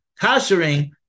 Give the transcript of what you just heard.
Kashering